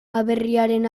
aberriaren